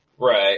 Right